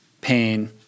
pain